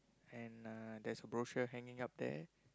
and uh there's a brochure hanging up there